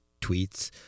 tweets